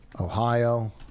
Ohio